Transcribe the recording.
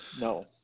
No